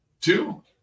Two